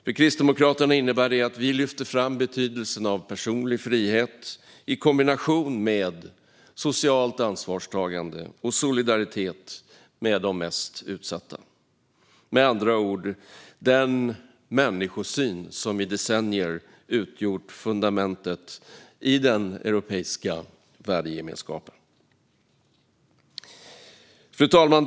För Kristdemokraterna innebär det att vi lyfter fram betydelsen av personlig frihet i kombination med socialt ansvarstagande och solidaritet med de mest utsatta, med andra ord den människosyn som i decennier utgjort fundamentet i den europeiska värdegemenskapen. Fru talman!